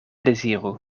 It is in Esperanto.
deziru